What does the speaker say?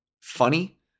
funny